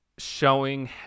showing